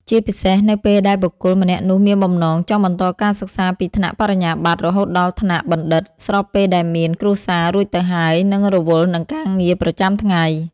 ជាពិសេសនៅពេលដែលបុគ្គលម្នាក់នោះមានបំណងចង់បន្តការសិក្សាពីថ្នាក់ បរិញ្ញាបត្រ រហូតដល់ថ្នាក់បណ្ឌិត ស្របពេលដែលមាន គ្រួសារ រួចទៅហើយ និង រវល់នឹងការងារ ប្រចាំថ្ងៃ។